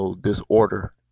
disorder